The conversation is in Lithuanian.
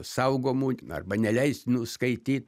saugomų arba neleistinų skaityt